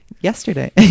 Yesterday